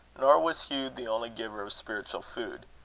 nor was hugh the only giver of spiritual food.